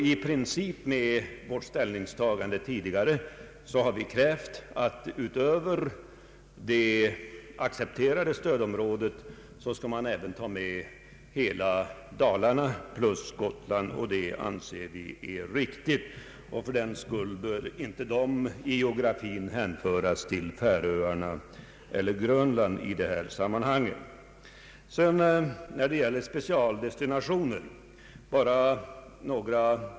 I principiell överensstämmelse med vårt tidigare ställningstagande har vi krävt att till stöd området skall föras hela Dalarna och Gotland. Fördenskull bör inte dessa områden geografiskt hänföras till Färöarna och Grönland. Bara några få ord om specialdestinationen.